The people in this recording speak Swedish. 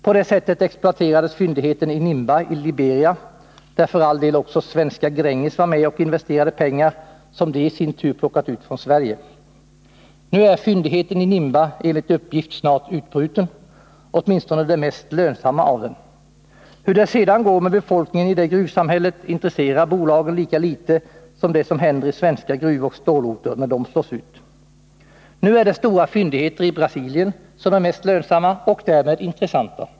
På det sättet exploaterades fyndigheten i Nimba i Liberia, där för all del också svenska Gränges var med och investerade pengar som det i sin tur plockade ut från Sverige. Nu är fyndigheten i Nimba enligt uppgift snart utbruten, åtminstone det mest lönsamma av den. Hur det sedan går med befolkningen i det gruvsamhället intresserar bolagen lika litet som det som händer i svenska gruvoch stålorter när de slås ut. Nu är det stora fyndigheter i Brasilien som är mest lönsamma och därmed intressanta.